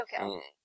Okay